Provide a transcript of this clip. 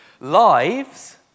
lives